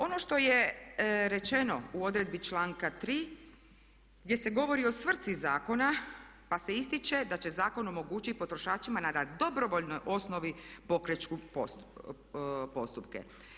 Ono što je rečeno u odredbi članka 3. gdje se govori o svrsi zakona, pa se ističe da će zakon omogućiti potrošačima na dobrovoljnoj osnovi pokreću postupke.